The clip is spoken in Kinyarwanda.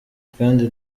kandi